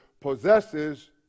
possesses